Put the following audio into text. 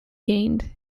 gained